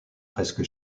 presque